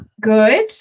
Good